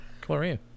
chlorine